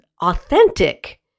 authentic